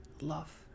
love